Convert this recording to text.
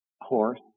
horse